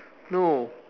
no